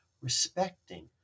respecting